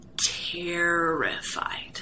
terrified